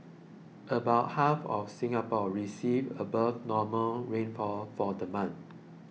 about half of Singapore received above normal rainfall for the month